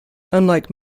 unlike